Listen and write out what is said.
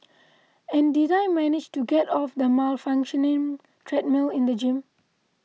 and did I manage to get off the malfunctioning treadmill in the gym